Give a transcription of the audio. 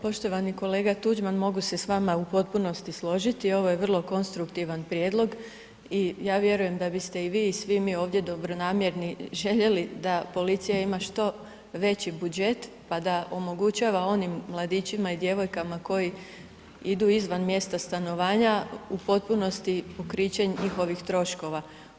Poštovani kolega Tuđman, mogu se s vama u potpunosti složiti, ovo je vrlo konstruktivan prijedlog i ja vjerujem da biste i vi i svi mi ovdje dobronamjerni željeli da policija ima što veći budžet, pa da omogućava onim mladićima i djevojkama koji idu izvan mjesta stanovanja u potpunosti pokriće njihovih troškova.